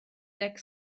deg